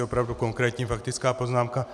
Opravdu konkrétní faktická poznámka.